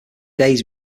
days